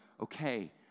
okay